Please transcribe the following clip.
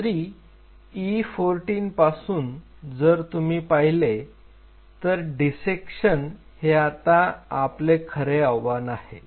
तरी E14 पासून जर तुम्ही पाहिले तर डिसेक्शन हे आता आपले खरे आव्हान आहे